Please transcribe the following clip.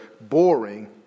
boring